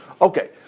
Okay